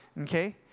okay